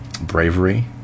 bravery